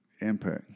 Impact